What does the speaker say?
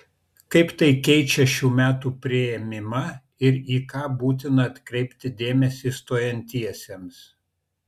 kaip tai keičią šių metų priėmimą ir į ką būtina atkreipti dėmesį stojantiesiems